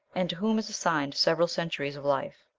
and to whom is assigned several centuries of life.